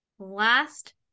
last